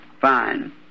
fine